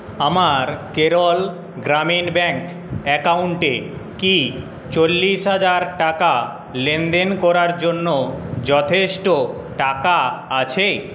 আমার কেরল গ্রামীণ ব্যাংক অ্যাকাউন্টে কি চল্লিশ হাজার টাকা লেনদেন করার জন্য যথেষ্ট টাকা আছে